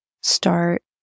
start